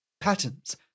Patterns